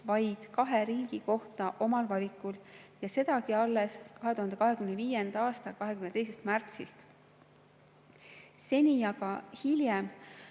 vaid kahe riigi kohta omal valikul ja sedagi alles 2025. aasta 22. märtsist. Seni aga,